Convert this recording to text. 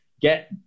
Get